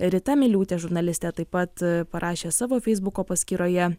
rita miliūtė žurnalistė taip pat parašė savo feisbuko paskyroje